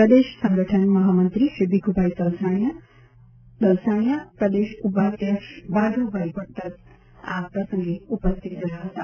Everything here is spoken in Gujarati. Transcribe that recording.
પ્રદેશ સંગઠન મહામંત્રીશ્રી ભીખુભાઈ દલસાણીયા પ્રદેશ ઉપાધ્યક્ષ ભાર્ગવભાઈ ભટ્ટ આ પ્રસંગે ઉપસ્થિત રહ્યાં હતાં